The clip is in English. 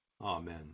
Amen